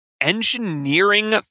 engineering